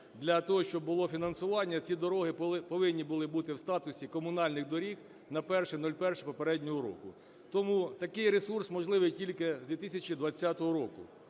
для того, щоб було фінансування, ці дороги повинні були бути в статусі комунальних доріг на 01.01 попереднього року. Тому такий ресурс можливий тільки з 2020 року.